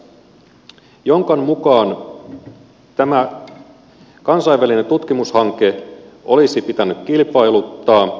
jonkan mukaan tämä kansainvälinen tutkimushanke olisi pitänyt kilpailuttaa